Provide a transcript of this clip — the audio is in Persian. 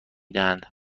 دهند